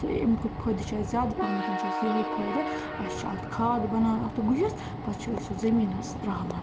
تہٕ اَمیٛک فٲیدٕ چھُ اسہِ زیادٕ پہم چھُ اسہِ یِہٲے فٲیدٕ اسہِ چھِ اَتھ کھاد بَنان اَتھ گُہِس پَتہٕ چھِ أسۍ سُہ زٔمیٖنَس ترٛاوان